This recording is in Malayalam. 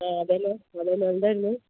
ആ അതെയല്ലോ അതെയല്ലോ എന്തായിരുന്നു